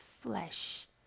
flesh